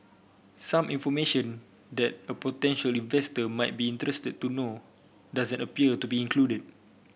some information that a potential investor might be interested to know doesn't appear to be included